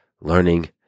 learning